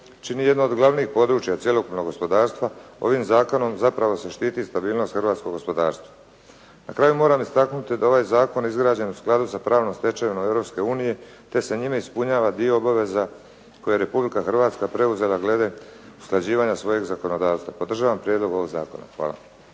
čini jedno od glavnih područja cjelokupnog gospodarstva, ovim zakonom zapravo se štititi stabilnost hrvatskog gospodarstva. Na kraju moram istaknuti da je ovaj zakon izgrađen u skladu sa pravnom stečevinom Europske unije te se njime ispunjava dio obaveza koje je Republika Hrvatska preuzela glede usklađivanja svojeg zakonodavstva. Podržavam prijedlog ovog zakona. Hvala.